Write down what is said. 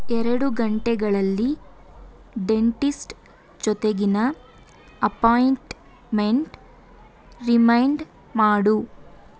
ಎರಡು ಗಂಟೆಗಳಲ್ಲಿ ಡೆಂಟಿಸ್ಟ್ ಜೊತೆಗಿನ ಅಪಾಯಿಂಟ್ಮೆಂಟ್ ರಿಮೈಂಡ್ ಮಾಡು